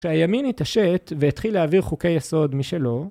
כשהימין התעשת והתחיל להעביר חוקי יסוד משלו